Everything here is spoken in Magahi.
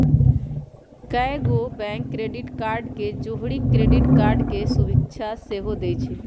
कएगो बैंक डेबिट कार्ड के जौरही क्रेडिट कार्ड के सुभिधा सेहो देइ छै